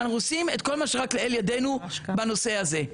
ואנחנו עושים את כל מה שרק לאל ידינו בנושא הזה.